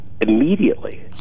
immediately